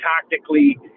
tactically